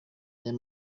ayo